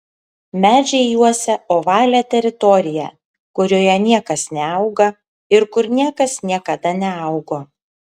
medžiai juosia ovalią teritoriją kurioje niekas neauga ir kur niekas niekada neaugo